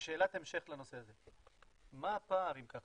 יוסי, כשאלת המשך לנושא הזה, מה הפער, אם כך?